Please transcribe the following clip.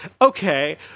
Okay